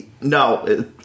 No